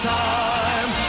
time